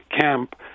camp